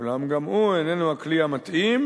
אולם גם הוא אינו הכלי המתאים,